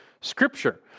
scripture